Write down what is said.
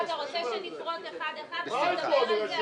אתה רוצה שנפרוט אחד-אחד ונדבר על זה?